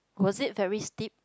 was it very steep